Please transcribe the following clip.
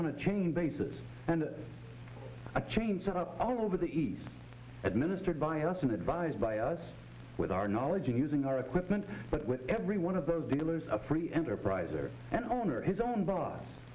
on a chain basis and a chain set up all over the east administered by us and advised by us with our knowledge of using our equipment but with every one of those dealers a free enterprise or an owner his own boss